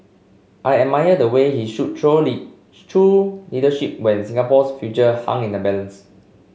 I admire the way he showed truly true leadership when Singapore's future hung in the balance